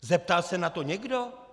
Zeptal se na to někdo?